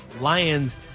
Lions